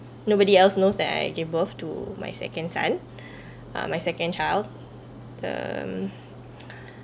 nobody else knows that I gave birth to my second son uh my second child them